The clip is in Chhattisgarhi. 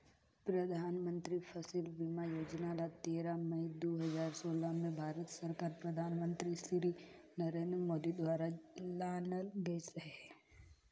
परधानमंतरी फसिल बीमा योजना ल तेरा मई दू हजार सोला में भारत कर परधानमंतरी सिरी नरेन्द मोदी दुवारा लानल गइस अहे